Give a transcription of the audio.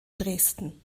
dresden